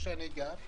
איפה שאני גר,